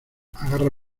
agarra